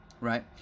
right